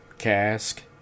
Cask